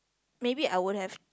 maybe I won't have